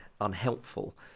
unhelpful